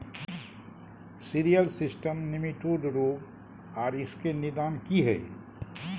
Cereal system nematode रोग आर इसके निदान की हय?